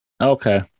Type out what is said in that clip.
Okay